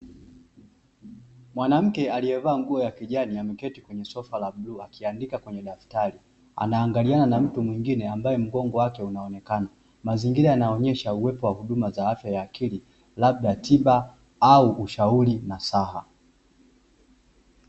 Mwanamke alievaa nguo ya kijani ameketi kwenye sofa la bluu akiandika kwenye daftari, anaangaliaana na mtu mwengine ambaye mgongo wake unaonekana, mazingira yanaonesha uwepo wa huduma za afya ya akili, labda tiba au ushauri nasaha.